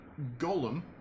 Golem